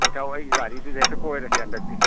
ꯏꯇꯥꯎ ꯑꯩꯒꯤ ꯒꯥꯔꯤꯗꯨꯗ ꯍꯦꯛꯇ ꯀꯣꯏꯔꯁꯦ ꯍꯟꯗꯛꯇꯤ